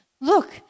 Look